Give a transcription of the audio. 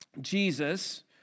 Jesus